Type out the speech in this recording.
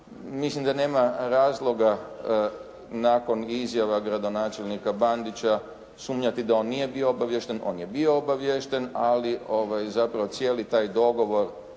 Mislim da nema razloga nakon izjava gradonačelnika Bandića sumnjati da on nije bio obaviješten. On je bio obaviješten ali zapravo cijeli taj dogovor